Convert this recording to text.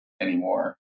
anymore